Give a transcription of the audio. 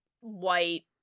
white